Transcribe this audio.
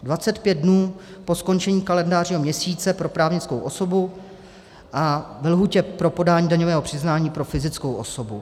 Dvacet pět dnů po skončení kalendářního měsíce pro právnickou osobu a ve lhůtě pro podání daňového přiznání pro fyzickou osobu.